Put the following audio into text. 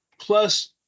Plus